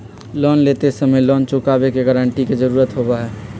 loan लेते समय loan चुकावे के गारंटी के जरुरत होबा हई